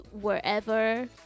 wherever